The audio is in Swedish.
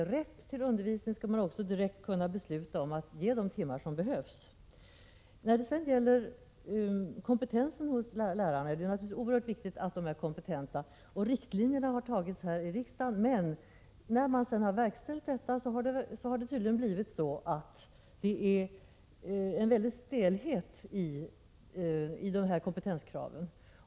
När rätt till undervisning föreligger borde man också direkt kunna besluta om att sätta in de timmar som behövs. När det gäller lärarnas kompetens vill jag säga att det naturligtvis är oerhört viktigt att de är kompetenta. Riktlinjerna på området är antagna av riksdagen, men man har visat en stor stelhet vid tillämpningen av kompetenskraven.